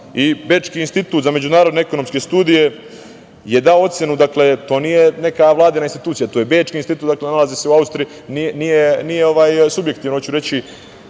Bečki institut za međunarodno-ekonomske studije je dao ocenu, to nije neka Vladina institucija, to je Bečki institut, nalazi se u Austriji, nije subjektivan, hoću reći,